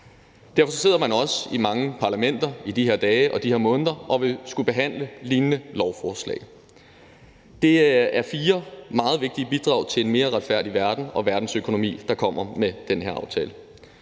Derfor sidder man også i mange parlamenter i de her dage og måneder og vil skulle behandle lignende lovforslag. Det er fire meget vigtige bidrag til en mere retfærdig verden og verdensøkonomi, der kommer med den her aftale.